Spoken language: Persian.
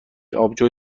آبجو